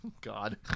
God